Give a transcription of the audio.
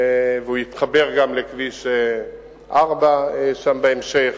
והוא יתחבר גם לכביש 4 שם, בהמשך,